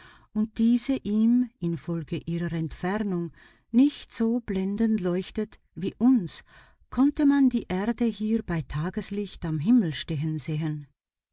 und diese ihm infolge ihrer entfernung nicht so blendend leuchtet wie uns konnte man die erde hier bei tageslicht am himmel stehen sehen